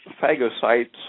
phagocytes